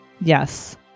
Yes